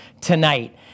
tonight